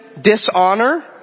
dishonor